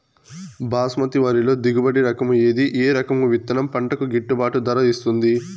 బాస్మతి వరిలో దిగుబడి రకము ఏది ఏ రకము విత్తనం పంటకు గిట్టుబాటు ధర ఇస్తుంది